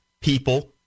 people